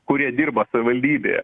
kurie dirba savivaldybėje